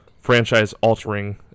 franchise-altering